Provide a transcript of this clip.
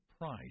price